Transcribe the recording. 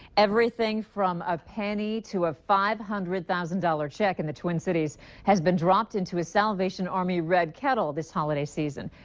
everything from a penny to a five hundred thousand dollar check in the twin cities has been dropped into a salvation army red kettle this holiday season.